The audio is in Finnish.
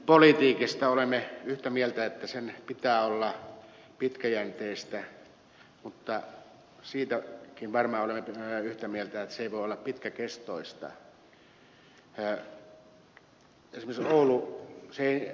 liikennepolitiikasta olemme yhtä mieltä että sen pitää olla pitkäjänteistä mutta siitäkin varmaan olemme yhtä mieltä että se ei voi olla pitkäkestoista